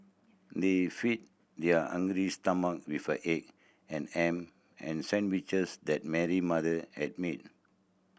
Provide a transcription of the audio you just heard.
they feed their hungry stomach with the egg and ham and sandwiches that Mary mother had made